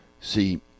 See